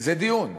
זה דיון.